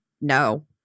no